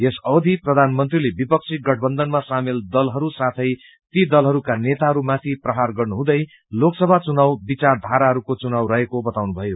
यस अवधि प्रधानमंत्रीले विपक्षी गठबन्धनमा सामेल दलहरू साथै ती दलहरूका नेताहरू माथि पाहर गर्नुहुँदै लोकसभा चुनाव विचारधाराहरूको चुनाव रहेको बताउनुभयो